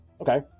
okay